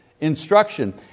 instruction